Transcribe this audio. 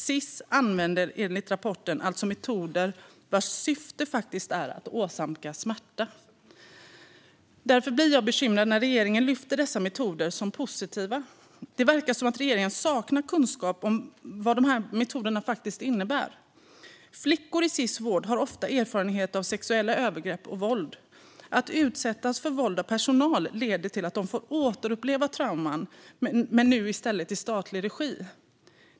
Sis använder enligt rapporten alltså metoder vilkas syfte faktiskt är att åsamka smärta. Därför blir jag bekymrad när regeringen lyfter fram dessa metoder som positiva. Det verkar som om regeringen saknar kunskap om vad dessa metoder faktiskt innebär. Flickor i Sis vård har ofta erfarenhet av sexuella övergrepp och våld. Att utsättas för våld av personal leder till att de får återuppleva trauman, men nu i stället i statlig regi.